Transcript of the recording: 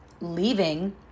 leaving